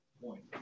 point